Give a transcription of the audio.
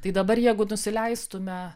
tai dabar jeigu nusileistume